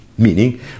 Meaning